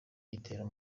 gitera